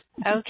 Okay